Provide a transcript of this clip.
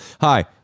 hi